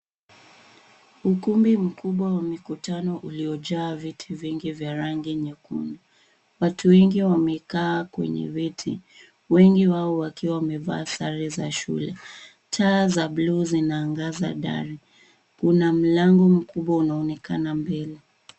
Ukumbi mkubwa wa mikutano uliojaa viti vingi vya rangi nyekundu. Watu wengi wamekaa kwenye viti, wengi wao wakiwa wamevaa sare za shule. Taa za bluu zinaangaza dari. Kuna mlango mkubwa unaonekana mbele.